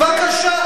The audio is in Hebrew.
בבקשה.